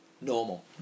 normal